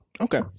Okay